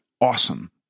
awesome